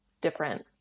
different